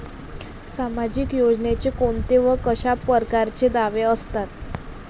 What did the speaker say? सामाजिक योजनेचे कोंते व कशा परकारचे दावे असतात?